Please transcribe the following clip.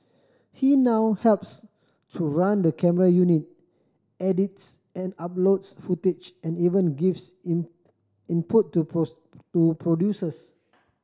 he now helps to run the camera unit edits and uploads footage and even gives in input to to producers